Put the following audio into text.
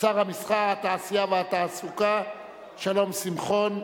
שר המסחר, התעשייה והתעסוקה שלום שמחון.